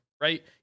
right